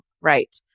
right